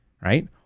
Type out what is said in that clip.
right